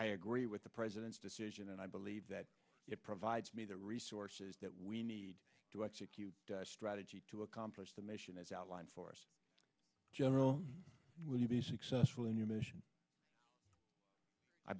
i agree with the president's decision and i believe that it provides me the resources that we need to execute the strategy to accomplish the mission as outlined for us general will you be successful in your mission i